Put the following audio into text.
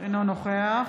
אינו נוכח